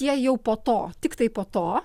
jie jau po to tiktai po to